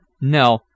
No